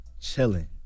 chilling